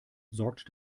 sorgt